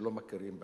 שלא מכירים בהסכם,